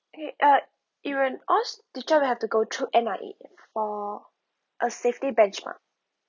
K uh even all teacher will have to go through N_R_E for a safety benchmark